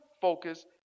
focus